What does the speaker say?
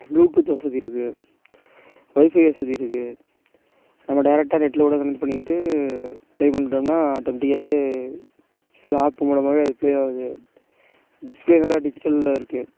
Bluetooth வசதி இருக்குது WiFi வசதி இருக்குது நம்ம டேரெக்ட்டா நெட்டில் கூட கனெக்ட் பண்ணிக்கிட்டு பிளே பண்ணிட்டோம்னா ஆட்டோமேட்டிக்காவே சில ஆப் மூலமாவே அது பிளே ஆகுது டிஸ்பிளே நல்லா டிஜிட்டலில் இருக்குது